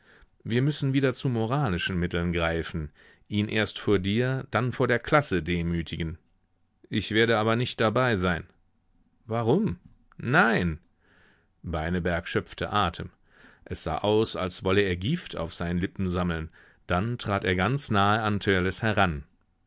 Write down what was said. wir müssen wieder zu moralischen mitteln greifen ihn erst vor dir dann vor der klasse demütigen ich werde aber nicht dabei sein warum nein beineberg schöpfte atem es sah aus als wolle er gift auf seinen lippen sammeln dann trat er ganz nahe an törleß heran